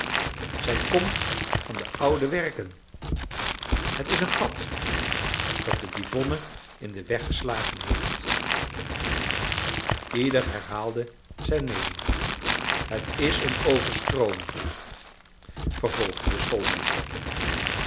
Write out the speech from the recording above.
zij komt van de oude werken het is een gat dat de divonne in den weg geslagen heeft ieder herhaalde zijn meening het is een overstrooming vervolgde de